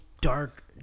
dark